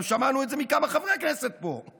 גם שמענו את זה מכמה חברי כנסת פה.